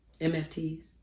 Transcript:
MFTs